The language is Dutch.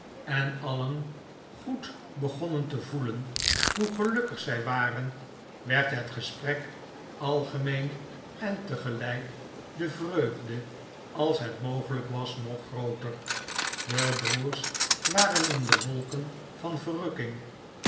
en alien goed begonnen te nikola as g-aat een ouden vriend bezo eken voelep hoe gelukkig zij waren werd het gesprek algemeen en tegelijk de vreugde als het mogelijk was nog grooter de broers waren in de wolken van verrukking